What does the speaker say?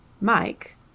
Mike